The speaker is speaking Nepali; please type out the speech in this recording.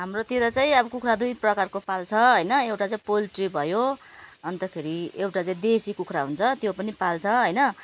हाम्रोतिर चाहिँ अब कुखुरा दुई प्रकारको पाल्छ होइन एउटा चाहिँ पोल्ट्री भयो अन्तखेरि एउटा चाहिँ देसी कुखुरा हुन्छ त्यो पनि पाल्छ होइन